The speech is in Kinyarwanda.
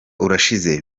urashize